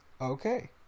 okay